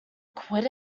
quit